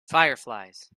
fireflies